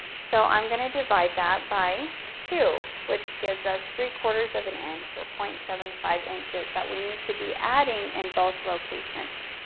so i'm gonna divide that by two, which gives us three quarters of an inch or zero point seven five inches that we need to be adding in both locations.